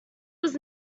was